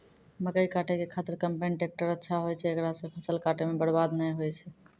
मकई काटै के खातिर कम्पेन टेकटर अच्छा होय छै ऐकरा से फसल काटै मे बरवाद नैय होय छै?